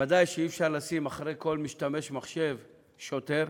ודאי שאי-אפשר לשים מאחורי כל משתמש מחשב שוטר,